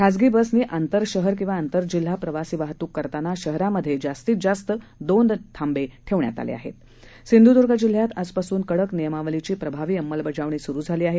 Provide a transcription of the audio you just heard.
खासगी बसने आंतर शहर किवा आंतरजिल्हा प्रवासी वाहतुक करताना शहरामध्ये जास्तीत जास्त दोन थांबे ठेवाले आहेत सिंधुदुर्ग जिल्ह्यात आज पासून कडक नियमावलीची प्रभावी अंमलबजावणी सुरू झाली आहे